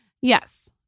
Yes